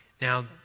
now